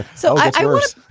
so what's yours?